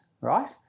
right